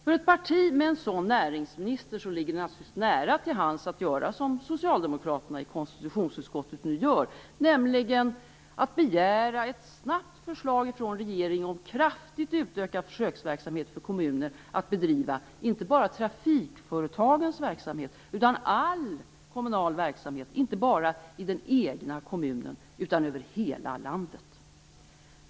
För ett parti med en sådan näringsminister ligger det naturligtvis nära till hands att göra som Socialdemokraterna i konstitutionsutskottet nu gör, nämligen att begära ett snabbt förslag från regeringen om kraftigt utökad försöksverksamhet för kommuner när det gäller att bedriva inte bara trafikföretagens verksamhet utan all kommunal verksamhet, inte bara i den egna kommunen utan i hela landet.